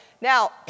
Now